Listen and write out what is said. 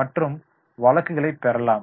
மற்றும் வழக்குகளை பெறலாம்